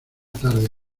tarde